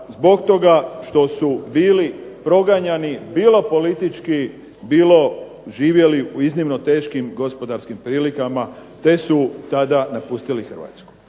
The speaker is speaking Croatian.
zbog toga što su bili proganjani bilo politički bilo živjeli u iznimno teškim gospodarskim prilikama te su tada napustili Hrvatsku.